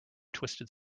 twisted